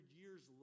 years